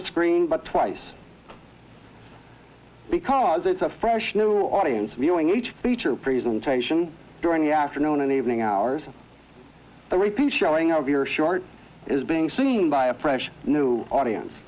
the screen but twice because it's a fresh new audience viewing each feature presentation during the afternoon and evening hours showing of your short is being seen by a fresh new audience